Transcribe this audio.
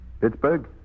Pittsburgh